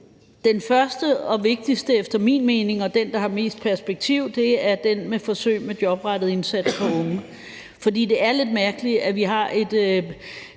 Den første og vigtigste del, efter min mening, og den, der har mest perspektiv, er den del med forsøg med jobrettet indsats for unge. For det er lidt mærkeligt, at vi har et